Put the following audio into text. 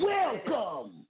welcome